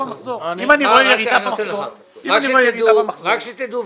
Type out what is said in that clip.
רק שתדעו,